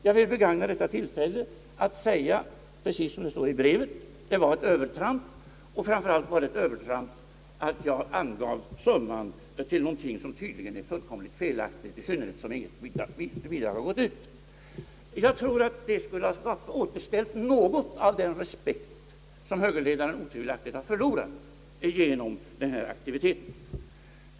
Jag vill nu begagna detta tillfälle att säga — precis som det står i brevet — att det var ett övertramp, och framför allt var det ett övertramp att jag angav summan till något som tydligen är fullkomligt felaktigt, i synerhet som inget bidrag har utgått. Jag tror att ett sådant uttalande av herr Holmberg skulle ha återställt något av den respekt som högerledaren har förlorat genom den här aktiviteten.